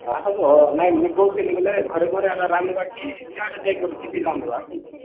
ହାଁ ହେବ ନାଇଁ ମୁଁ କହୁଥିଲି ବୋଲେ ଘରେ ଘରେ ଆମେ ରାନ୍ଧିବା କି ସାଡ଼େ ଯାଇକିରି ସିଟି ରାନ୍ଧିବା କହୁଥିଲି